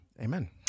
Amen